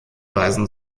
weisen